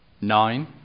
nine